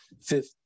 fifth